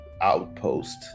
outpost